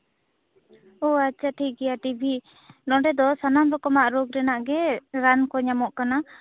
ᱚ ᱟᱪᱪᱷᱟ ᱴᱷᱤᱠᱜᱮᱭᱟ ᱴᱤ ᱵᱤ ᱱᱚᱸᱰᱮ ᱫᱚ ᱥᱟᱱᱟᱢ ᱨᱚᱠᱚᱢᱟᱜ ᱨᱳᱜᱽ ᱨᱮᱭᱟᱜ ᱜᱮ ᱨᱟᱱ ᱠᱚ ᱧᱟᱢᱚᱜ ᱠᱟᱱᱟ